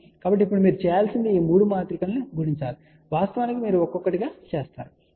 కాబట్టి ఇప్పుడు మీరు చేయాల్సింది ఈ 3 మాత్రికలను గుణించాలి వాస్తవానికి మీరు ఒక్కొక్కటిగా చేస్తారు